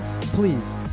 please